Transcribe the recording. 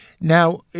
Now